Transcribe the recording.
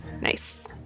Nice